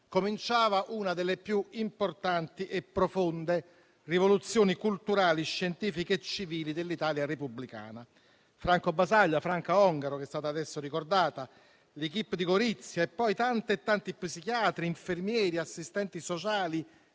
cominciava una delle più importanti e profonde rivoluzioni culturali, scientifiche e civili dell'Italia repubblicana: Franco Basaglia, Franca Ongaro - è stata adesso ricordata - l'*equipe* di Gorizia e poi tanti psichiatri, infermieri, assistenti sociali